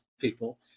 people